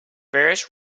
various